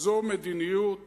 זו מדיניות